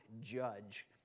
judge